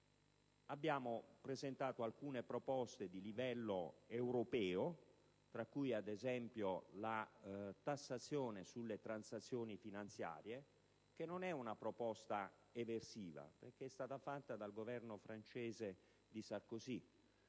Abbiamo presentato alcune proposte di livello europeo, tra cui - ad esempio - la tassazione sulle transazioni finanziarie, che non è una proposta eversiva, perché è stata fatta dal Governo francese di Sarkozy.